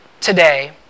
today